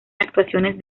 actuaciones